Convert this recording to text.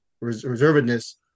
reservedness